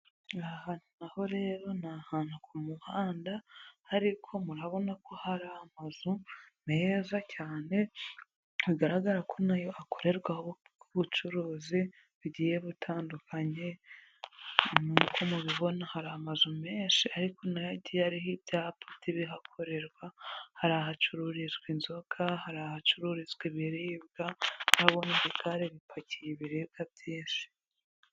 Aha naho rero ni ahantu ku muhanda ariko murabona ko hari amazu meza cyane hagaragara ko nayo akorerwaho ubucuruzi bugiye butandukanye, nk'uko mubibona hari amazu menshi ariko nayo agiye ariho ibyapa by'ibihakorerwa hari ahacururizwa inzoga, hari ahacururizwa ibiribwa turahabona igare ripakiye ibiribwa byinshi.